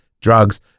drugs